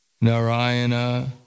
Narayana